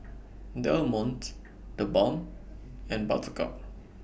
Del Monte TheBalm and Buttercup